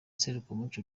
serukiramuco